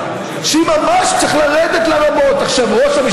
אלה שהולכים ברחוב ואף אחד לא אומר להם שלום,